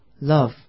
love